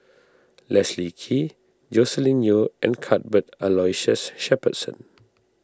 Leslie Kee Joscelin Yeo and Cuthbert Aloysius Shepherdson